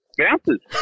bounces